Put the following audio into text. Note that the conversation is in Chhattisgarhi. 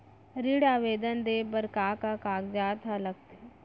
ऋण आवेदन दे बर का का कागजात ह लगथे?